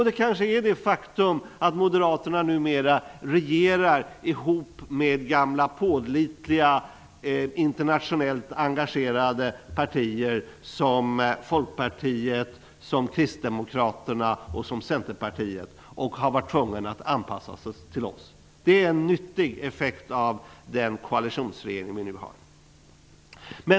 Det kanske beror på det faktum att Moderaterna numera regerar ihop med gamla pålitliga internationellt engagerade partier som Folkpartiet, Kristdemokraterna och Centerpartiet och har varit tvungna att anpassa sig till dem. Det är en nyttig effekt av den koalitionsregering vi nu har.